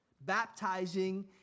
Baptizing